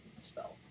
spell